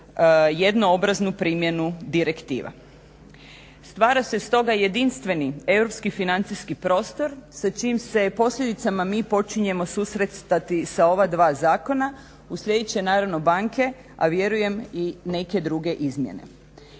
jednoobraznu primjenu direktiva. Stvara se stoga jedinstveni europski financijski prostor sa čijim se posljedicama mi počinjemo susretati sa ova dva zakona. Uslijedit će naravno banke, a vjerujem i neke druge izmjene.